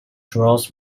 draws